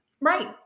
Right